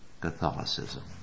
Catholicism